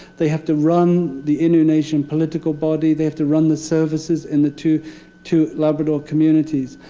they have to run the innu nation political body. they have to run the services in the two two labrador communities.